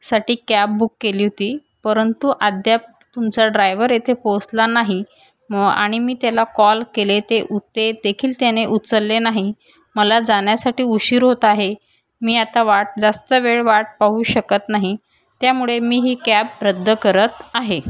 साठी cab book केली होती परंतु अद्याप तुमचा ड्रायव्हर येथे पोचला नाही आणि मी त्याला कॉल केले ते देखील त्याने उचलले नाही मला जाण्यासाठी उशीर होत आहे मी आता वाट जास्त वेळ वाट पाहू शकत नाही त्यामुळे मी ही कॅब रद्द करत आहे